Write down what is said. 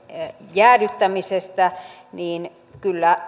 jäädyttämisestä niin kyllä